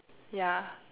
yeah